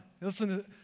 Listen